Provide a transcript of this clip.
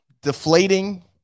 deflating